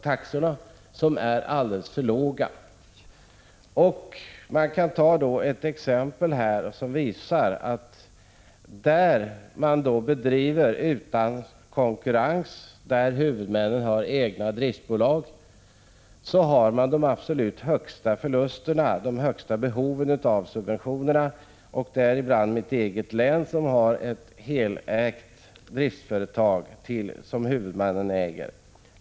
Det visar sig att man har de absolut största förlusterna och största behoven av subventioner i de län där man bedriver trafik utan konkurrens och där huvudmännen har egna driftsbolag — bl.a. i mitt eget län där huvudmannen har ett helägt driftsföretag.